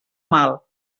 mal